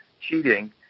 cheating